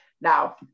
Now